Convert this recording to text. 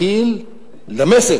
בדמשק,